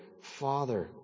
Father